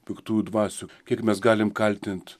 piktųjų dvasių kiek mes galim kaltint